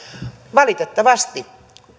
valitettavasti